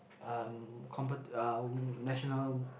um compe~ um national